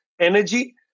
energy